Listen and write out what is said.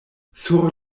sur